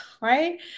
right